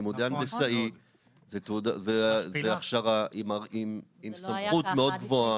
לימודי הנדסאי זה הכשרה עם סמכות מאוד גבוהה,